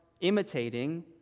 imitating